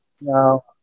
No